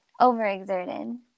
overexerted